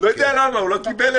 הוא לא קיבל את זה.